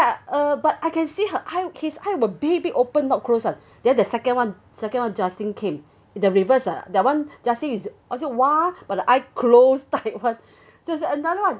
uh but I can see her eye his eyes were big open ah not close ah then the second one second one justin came the reverse ah that one justin is also !wah! but eye closed type [one] so it's another one